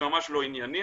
זה ממש לא ענייני,